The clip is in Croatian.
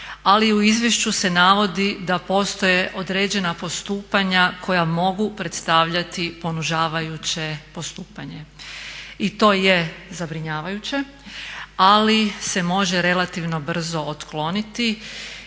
ali u izvješću se navodi da postoje određena postupanja koja mogu predstavljati ponižavajuće postupanje. I to je zabrinjavajuće ali se može relativno brzo otkloniti.